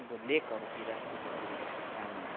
अब लेकहरूतिर उँभोतिर पानी